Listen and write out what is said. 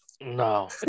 No